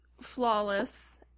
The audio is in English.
flawless